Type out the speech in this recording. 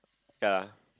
ya